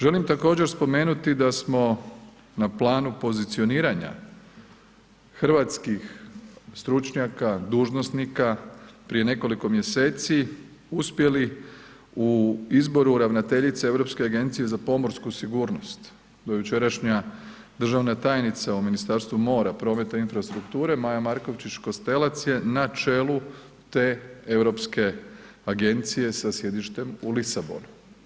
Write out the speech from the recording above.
Želim također spomenuti da smo na planu pozicioniranja hrvatskih stručnjaka, dužnosnika prije nekoliko mjeseci uspjeli u izboru ravnateljice Europske agencije za pomorsku sigurnost, do jučerašnja državna tajnica u Ministarstvu mora, prometa i infrastrukture Maja Markovčić Kostelac je na čelu te europske agencije sa sjedištem u Lisabonu.